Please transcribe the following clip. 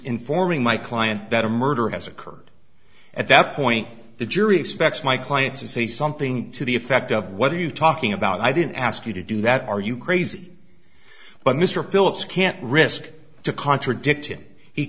informing my client that a murder has occurred at that point the jury expects my client to say something to the effect of what are you talking about i didn't ask you to do that are you crazy but mr phillips can't risk to contradict it he